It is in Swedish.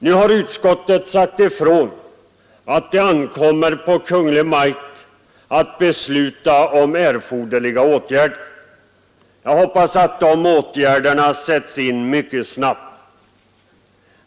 Nu har utskottet sagt ifrån att det ankommer på Kungl. Maj:t att besluta om erforderliga åtgärder. Jag hoppas att de åtgärderna sätts in mycket snabbt.